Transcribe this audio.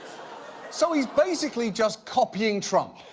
so he's basically just copying trump.